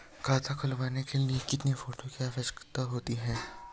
खाता खुलवाने के लिए कितने फोटो की आवश्यकता होती है?